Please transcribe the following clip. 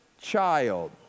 child